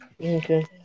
Okay